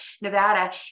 Nevada